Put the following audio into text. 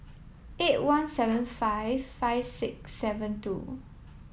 eight one seven five five six seven two